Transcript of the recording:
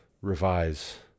revise